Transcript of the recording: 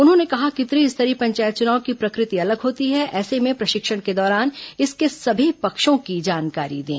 उन्होंने कहा कि त्रिस्तरीय पंचायत चुनाव की प्रकृति अलग होती है ऐसे में प्रशिक्षण के दौरान इसके सभी पक्षों की जानकारी दें